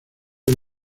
que